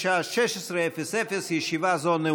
אושרה כנדרש בשלוש קריאות.